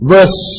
Verse